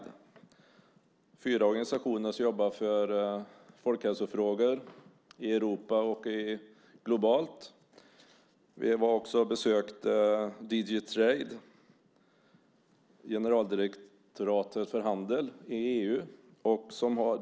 Det är fyra organisationer som jobbar för folkhälsofrågor i Europa och globalt. Vi besökte också DG Trade, Generaldirektoratet för handel i EU.